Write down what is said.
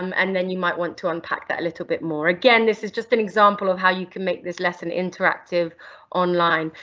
um and then you might want to unpack that a little bit more. again this is just an example of how you can make this lesson interactive online.